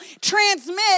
transmit